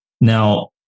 Now